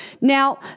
Now